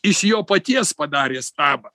iš jo paties padarė stabą